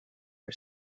for